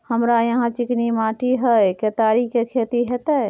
हमरा यहाँ चिकनी माटी हय केतारी के खेती होते?